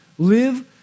Live